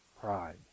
pride